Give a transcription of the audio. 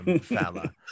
fella